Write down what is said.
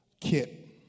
kit